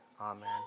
Amen